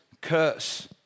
curse